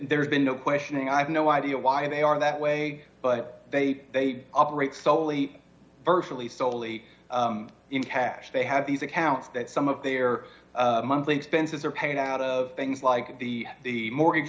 there's been no questioning i've no idea why they are that way but they they operate solely virtually solely in cash they have these accounts that some of their monthly expenses are paid out of things like the the mortgage